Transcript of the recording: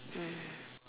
mm